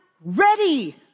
Ready